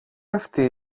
αυτή